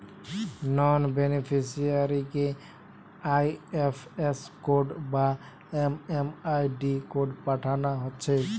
নন বেনিফিসিয়ারিকে IFS code বা MMID code পাঠানা হচ্ছে